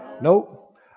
Nope